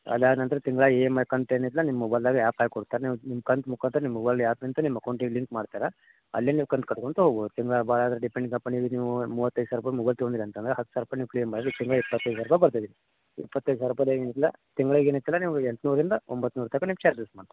ಅಲ್ಲ ನಂತರ ತಿಂಗಳ ಇ ಎಮ್ ಐ ಕಂತು ಏನಿದ್ರೆ ನಿಮ್ಮ ಮೊಬೈಲ್ದಾಗ ಯಾಪ್ ಹಾಕಿ ಕೊಡ್ತಾರೆ ನೀವು ನಿಮ್ಮ ಕಂತು ಮುಖಾಂತರ ನಿಮ್ಮ ಮೊಬೈಲ್ ಯಾಪ್ನಿಂತ ನಿಮ್ಮ ಅಕೌಂಟಿಗೆ ಲಿಂಕ್ ಮಾಡ್ತಾರೆ ಅಲ್ಲೆ ನೀವು ಕಂತು ಕಟ್ಕೊಂತ ಹೋಗ್ಬೌದ್ ತಿಂಗಳ ಬಾಳದರ್ ಡಿಪೆಂಡಿಂಗ್ ಅಪಾನ್ ಈಗ ನೀವು ಮೂವತೈದು ಸಾವಿರ ರೂಪಾಯಿ ಮೊಬೈಲ್ ತಗೊಂಡಿರ ಅಂತಂದರೆ ಹತ್ತು ಸಾವಿರ ರೂಪಾಯಿ ನೀವು ಕ್ಲಿಯರ್ ಮಾಡ್ರಿ ತಿಂಗಳ ಇಪ್ಪತ್ತೈದು ಸಾವಿರ ರೂಪಾಯಿ ಬರ್ತದೆ ಇಪ್ಪತ್ತೈದು ಸಾವಿರ ರೂಪಾಯಿ ತಿಂಗ್ಳಗೆ ಏನೈತಲ್ಲ ನಿಮಗೆ ಎಂಟ್ನೂರ ಇಂದ ಒಂಬತ್ತು ನೂರ ತನಕ ನಿಮ್ಮ ಚಾರ್ಜಸ್ ಮಾಡ್ತಾರೆ